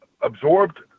absorbed